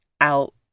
out